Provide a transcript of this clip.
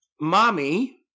Mommy